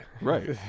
Right